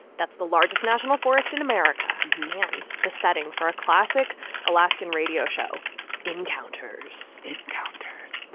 that's the largest national forest in america and the setting for a classic alaskan radio show encounters. encounters.